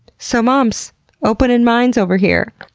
so um so open in minds over here!